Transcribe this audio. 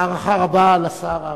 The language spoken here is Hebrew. הערכה רבה לשר אהרונוביץ,